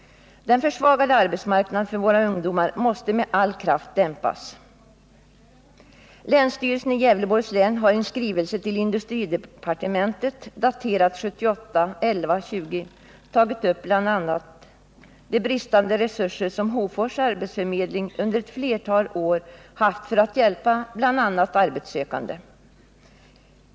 Denna försvagning av arbetsmarknaden för våra ungdomar måste med all kraft hejdas. Länsstyrelsen i Gävleborgs län har i en skrivelse till industridepartementet, daterad den 20 november 1978, tagit upp bl.a. de bristande resurser som Hofors arbetsförmedling under många år haft när det gällt att hjälpa bl.a. 45 arbetssökande.